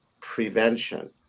prevention